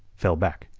fell back.